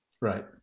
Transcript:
Right